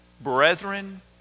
brethren